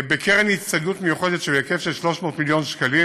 בקרן הצטיידות מיוחדת בהיקף של 300 מיליון שקלים,